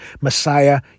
Messiah